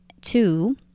Two